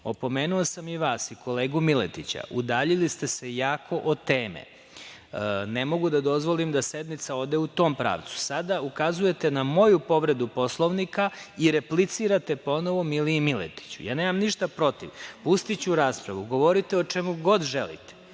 sam i vas i kolegu Miletića, udaljili ste se jako od teme. Ne mogu da dozvolim da sednica ode u tom pravcu. Sada ukazujete na moju povredu Poslovnika i replicirate ponovo Miliji Miletiću. Ja nemam ništa protiv. Pustiću raspravu, govorite o čemu god želite,